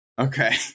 Okay